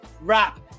wrap